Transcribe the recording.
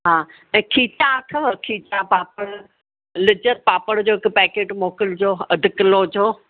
हा ऐं खीचा अथव खीचा पापड़ लिज्जत पापड़ जो हिकु पैकेट मोकिलिजो अधु किलो जो